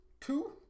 Two